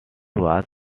was